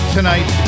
Tonight